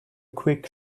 quick